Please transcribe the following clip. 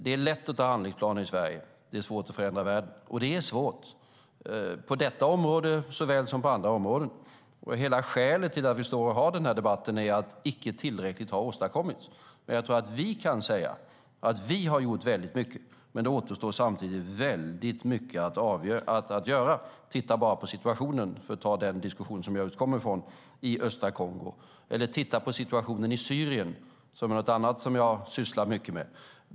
Det är lätt att anta handlingsplaner i Sverige, men det är svårt att förändra världen såväl på detta område som på andra områden. Skälet till att vi står och har denna debatt är att tillräckligt inte har åstadkommits. Jag tror att vi kan säga att vi har gjort mycket. Men det återstår samtidigt mycket att göra. Man kan bara titta på situationen i östra Kongo, som jag just kommer från. Man kan också titta på situationen i Syrien som jag också sysslar mycket med.